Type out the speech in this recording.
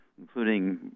including